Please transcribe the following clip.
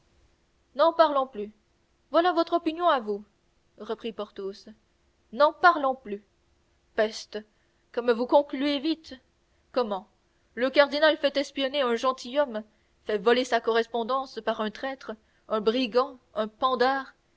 n'en parlons plus voilà votre opinion à vous reprit porthos n'en parlons plus peste comme vous concluez vite comment le cardinal fait espionner un gentilhomme fait voler sa correspondance par un traître un brigand un pendard